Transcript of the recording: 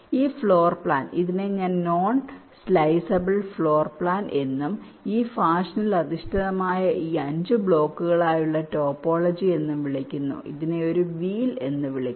ഈ floor plan ഇതിനെ non sliceable floor plan എന്നും ഈ ഫാഷനിൽ അധിഷ്ഠിതമായ ഈ 5 ബ്ലോക്കുകൾ ആയുള്ള ടോപ്പോളജി എന്നും വിളിക്കുന്നു ഇതിനെ ഒരു വീൽ എന്ന് വിളിക്കുന്നു